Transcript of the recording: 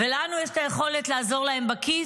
ולנו יש את היכולת לעזור להם בכיס.